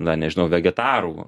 na nežinau vegetarų